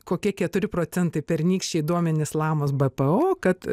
kokie keturi procentai pernykščiai duomenys lamos bpo kad